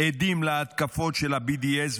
עדים להתקפות של ה-BDS,